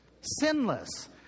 sinless